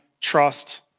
trust